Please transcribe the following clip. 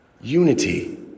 Unity